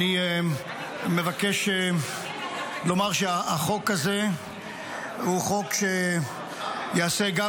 אני מבקש לומר שהחוק הזה הוא חוק שיעשה גם